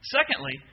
Secondly